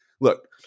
look